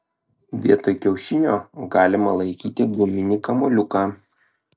vietoj kiaušinio galima laikyti guminį kamuoliuką